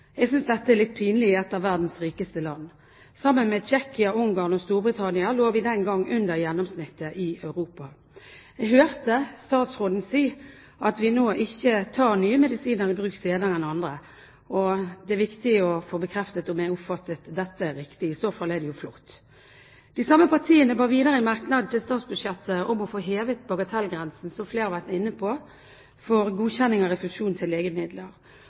Jeg synes dette er litt pinlig i et av verdens rikeste land. Sammen med Tsjekkia, Ungarn og Storbritannia lå vi den gang under gjennomsnittet i Europa. Jeg hørte statsråden si at vi nå ikke tar nye medisiner i bruk senere enn andre, og det er viktig å få bekreftet om jeg oppfattet dette riktig. I så fall er det jo flott. De samme partiene ba videre i merknad til statsbudsjettet om å få hevet bagatellgrensen for godkjenning av refusjon til legemidler – som flere har vært inne på